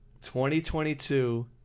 2022